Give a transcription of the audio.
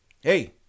Hey